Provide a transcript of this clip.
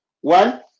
One